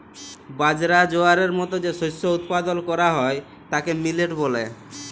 বাজরা, জয়ারের মত যে শস্য উৎপাদল ক্যরা হ্যয় তাকে মিলেট ব্যলে